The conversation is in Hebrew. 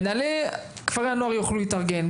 מנהלי כפרי הנוער יוכלו להתארגן,